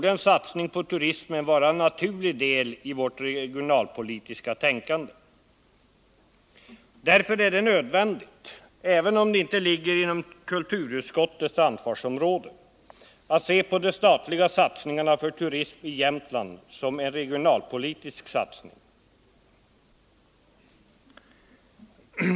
En satsning på turismen borde alltså vara en naturlig del i vårt regionalpolitiska tänkande. Därför är det nödvändigt, även om det inte ligger inom kulturutskottets ansvarsområde, att se på de statliga satsningarna för turismen i Jämtland som en regionalpolitisk satsning.